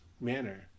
manner